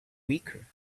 weaker